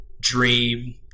dream